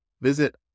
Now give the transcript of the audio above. Visit